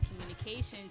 communications